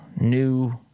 new